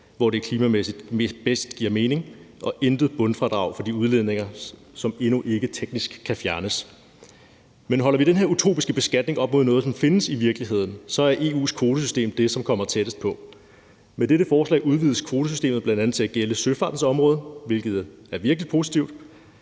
bedst giver mening, og intet bundfradrag for de udledninger, som endnu ikke teknisk kan fjernes. Men holder vi den her utopiske beskatning op mod noget, som findes i virkeligheden, så er EU's kvotesystem det, som kommer tættest på. Med dette forslag udvides kvotesystemet bl.a. til at gælde søfartens område, hvilket er virkelig positivt.